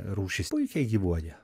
rūšis puikiai gyvuoja